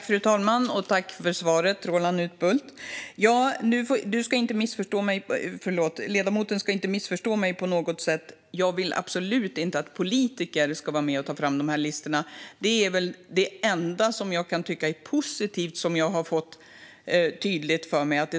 Fru talman! Tack för svaret, Roland Utbult! Ledamoten ska inte missförstå mig på något sätt. Jag vill absolut inte att politiker ska vara med och ta fram dessa listor. Att det ska vara en expertgrupp är väl det enda som jag kan tycka är positivt i det jag fått tydliggjort för mig.